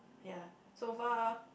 ya so far